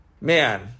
man